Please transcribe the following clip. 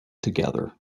together